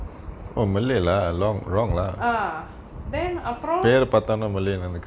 ah then அப்புறம்:appuram